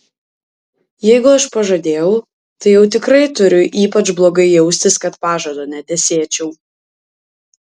jeigu aš pažadėjau tai jau tikrai turiu ypač blogai jaustis kad pažado netesėčiau